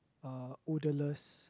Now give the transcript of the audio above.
uh odourless